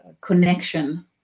connection